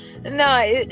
No